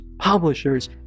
publishers